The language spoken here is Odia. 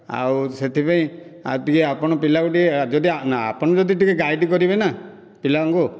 ଆଉ ସେଥିପାଇଁ ଆଉ ଟିକିଏ ଆପଣ ପିଲା କୁ ଟିକିଏ ଯଦି ନା ଆପଣ ଯଦି ଟିକିଏ ଗାଇଡ଼ କରିବେନା ପିଲାଙ୍କୁ